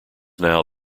now